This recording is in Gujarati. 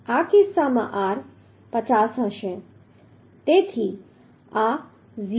આ કિસ્સામાં r 50 હશે તેથી આ 0